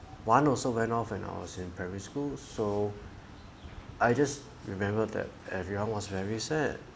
one also went off when I was in primary school so I just remember that everyone was very sad